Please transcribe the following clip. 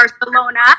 Barcelona